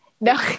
No